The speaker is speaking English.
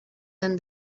than